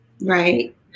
right